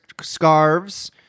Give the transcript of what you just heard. scarves